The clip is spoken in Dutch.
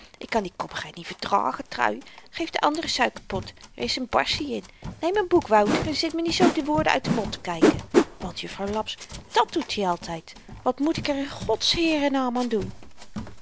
ik kan die koppigheid niet verdragen trui geef de andere suikerpot er is n barsie in neem n boek wouter en zit me niet zoo de woorden uit den mond te kyken want juffrouw laps dàt doet i altyd wat moet ik er in gods heeren naam aan doen